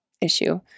issue